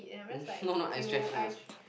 mm no no I stretching I stretch